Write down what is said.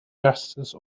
justice